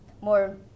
more